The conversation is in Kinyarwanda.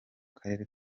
karere